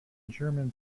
german